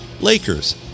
Lakers